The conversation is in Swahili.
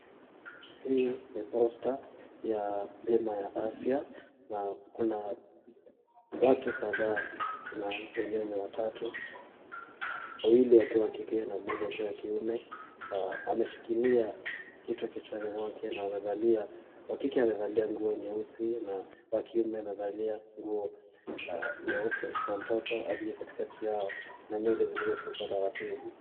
Hii ni posta ya bima ya afya na kuna watu kadhaa na wenyewe ni watatu wawili wakiwa wakike na mmoja akiwa wa kiume na ameshikilia kitu kichwani mwake na wa kike amevalia nguo nyeusi na wa kiume amevalia nguo nyeupe na mtoto aliye katikati yao na nywele zilizosukwa taratibu.